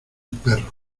perro